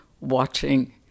watching